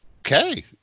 Okay